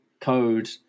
code